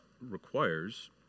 requires